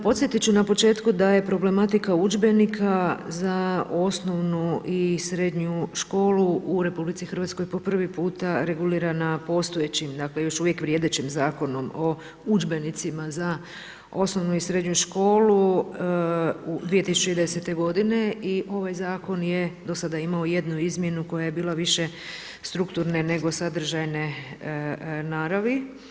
Podsjetit ću na početku da je problematika udžbenika za osnovnu i srednju školu u RH, po prvi puta regulirana postojećim dakle, još uvijek vrijedeći zakonom o udžbenicima za osnovnu i srednju školu 2010. i ovaj zakon je do sada imao jednu izmjenu koja je bila više strukturne nego sadržajne naravi.